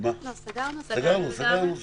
סגרנו.